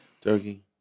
turkey